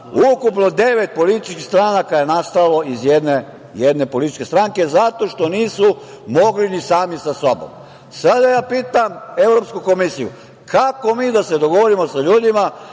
ukupno devet političkih stranaka je nastalo iz jedne političke stranke, zato što nisu mogli ni sami sa sobom. Sada ja pitam EU, kako mi da se dogovorimo sa ljudima